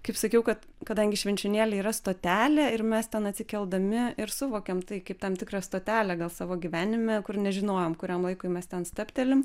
kaip sakiau kad kadangi švenčionėliai yra stotelė ir mes ten atsikeldami ir suvokėm tai kaip tam tikrą stotelę gal savo gyvenime kur nežinojom kuriam laikui mes ten stabtelim